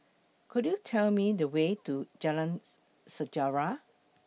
Could YOU Tell Me The Way to Jalan's Sejarah